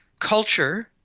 culture,